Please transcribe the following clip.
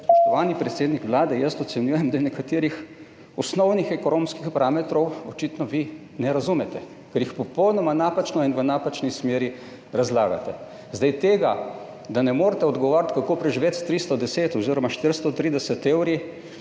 spoštovani predsednik Vlade, jaz ocenjujem, da nekaterih osnovnih ekonomskih parametrov očitno vi ne razumete, ker jih razlagate popolnoma napačno in v napačni smeri. Verjamem, da ne morete odgovoriti, kako preživeti s 310 oziroma 430 evri.